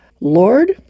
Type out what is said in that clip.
Lord